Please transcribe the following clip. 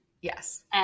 Yes